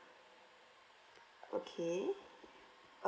okay